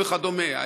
וכדומה,